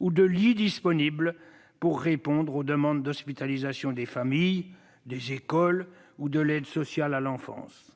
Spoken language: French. ou de lits disponibles pour répondre aux demandes d'hospitalisation des familles, des écoles ou de l'aide sociale à l'enfance.